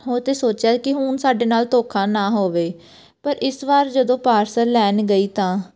ਹੋਰ ਅਤੇ ਸੋਚਿਆ ਕਿ ਹੁਣ ਸਾਡੇ ਨਾਲ ਧੋਖਾ ਨਾ ਹੋਵੇ ਪਰ ਇਸ ਵਾਰ ਜਦੋਂ ਪਾਰਸਲ ਲੈਣ ਗਈ ਤਾਂ